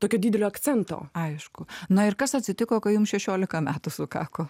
tokio didelio akcento aišku na ir kas atsitiko kai jum šešiolika metų sukako